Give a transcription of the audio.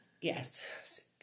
Yes